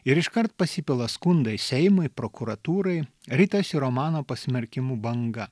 ir iškart pasipila skundai seimui prokuratūrai ritasi romano pasmerkimų banga